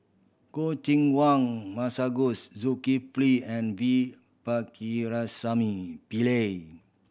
Choo Keng Kwang Masagos Zulkifli and V Pakirisamy Pillai